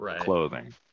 clothing